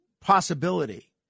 possibility